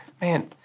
man